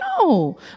No